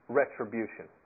retribution